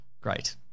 Great